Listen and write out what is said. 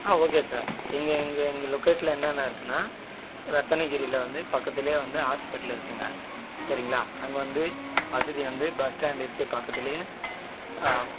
ஆ okay sir எங்கள் எங்கள் எங்கள் லொக்கேட் என்னென்ன இருக்குன்னா ரத்தனகிரியில் வந்து பக்கத்துலே வந்து ஹாஸ்பிட்டல் இருக்குங்க சரிங்களா அங்கே வந்து வசதி வந்து பஸ் ஸ்டாண்ட் இருக்குது பக்கத்துலேயே